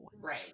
right